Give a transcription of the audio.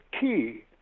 key